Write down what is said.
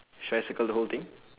should I circle the whole thing